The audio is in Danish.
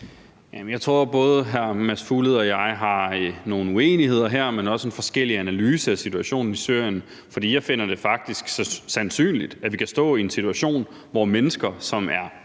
Jeg tror, at hr. Mads Fuglede og jeg har nogle uenigheder her, men også en forskellig analyse af situationen i Syrien. For jeg finder det faktisk sandsynligt, at vi kan stå i en situation, hvor mennesker, som er